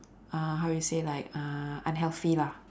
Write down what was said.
uh how you say like uh unhealthy lah